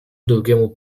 drugiemu